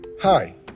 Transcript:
Hi